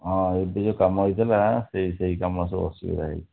ହଁ ଏବେ ଯେଉଁ କାମ ହୋଇଥିଲା ସେହି ସେହି କାମ ସବୁ ଅସୁବିଧା ହୋଇଛି